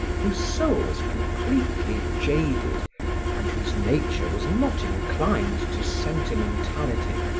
whose soul was completely jaded and whose nature was not inclined to sentimentality,